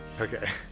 Okay